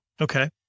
Okay